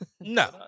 No